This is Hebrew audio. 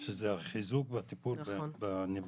שזה החיזוק והטיפול בנפגעים.